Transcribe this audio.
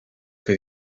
que